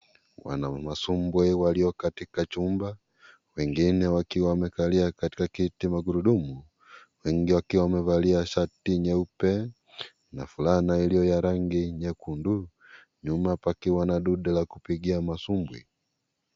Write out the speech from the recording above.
Wanamasumbwe walio katika chumba, wengine wakiwa wamekalia katika kiti cha magurudumu. Wengi wakiwa wamevalia shati nyeupe na fulana iliyo na rangi nyekundu. Nyuma pakiwa na nunde ya kuigia masumbwi.